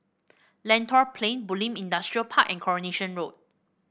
Lentor Plain Bulim Industrial Park and Coronation Road